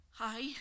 Hi